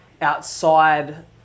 outside